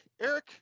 Eric